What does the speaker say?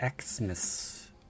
Xmas